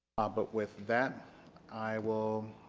but with that i will